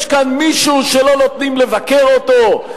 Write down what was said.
יש כאן מישהו שלא נותנים לבקר אותו?